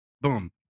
Boom